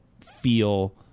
feel